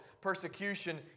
Persecution